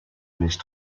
nicht